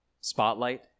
spotlight